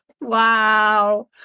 Wow